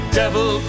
devil